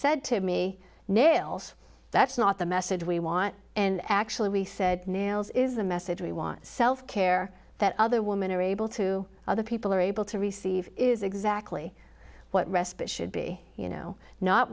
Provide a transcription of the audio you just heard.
said to me nails that's not the message we want and actually we said nails is the message we want self care that other women are able to other people are able to receive is exactly what respite should be you know not